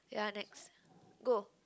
ya next go